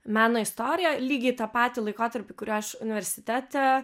meno istoriją lygiai tą patį laikotarpį kuriuo aš universitete